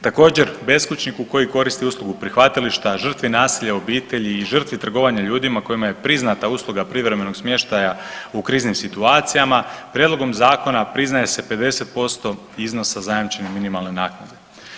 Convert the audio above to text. Također beskućniku koji koristi uslugu prihvatilišta, žrtvi nasilja u obitelji i žrtvi trgovanja ljudima kojima je priznata usluga privremenog smještaja u kriznim situacijama prijedlogom zakona priznaje se 50% iznosa zajamčene minimalne naknade.